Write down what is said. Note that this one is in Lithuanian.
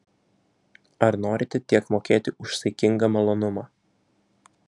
ar norite tiek mokėti už saikingą malonumą